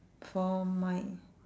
for my